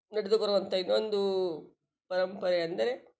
ನಡೆದು ಬರೋವಂಥ ಇನ್ನೊಂದು ಪರಂಪರೆ ಅಂದರೆ